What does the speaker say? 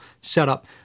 setup